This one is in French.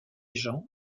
jean